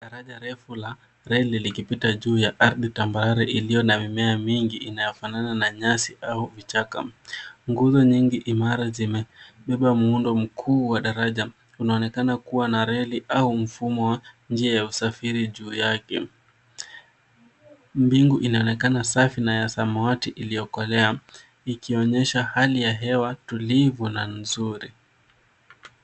Daraja refu la reli likipita juu ya ardhi tambarare iliyo na mimea mingi inayofanana na nyasi au vichaka. Nguzo nyingi imara zimepigwa muundo mkuu wa daraja unaonekana kua na reli au mfumo wa njia ya usafiri juu yake. Mbingu inaonekana safi na ya samawati iliyokolea, ikionyeesha hali ya hewa tulivu na nzuri.